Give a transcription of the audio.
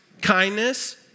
kindness